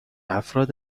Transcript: افراد